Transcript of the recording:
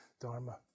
Dharma